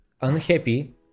unhappy